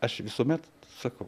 aš visuomet sakau